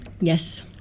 Yes